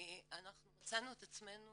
ואנחנו מצאנו את עצמנו